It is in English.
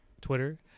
Twitter